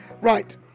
Right